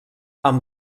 amb